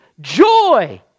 joy